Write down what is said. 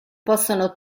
possono